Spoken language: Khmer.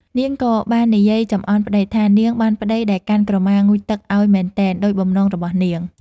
នាងក៏បាននិយាយចំអន់ប្តីថា នាងបានប្តីដែលកាន់ក្រមាងូតទឹកឱ្យមែនទែន ដូចបំណងរបស់នាង ។